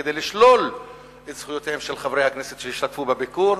כדי לשלול את זכויותיהם של חברי הכנסת שהשתתפו בביקור.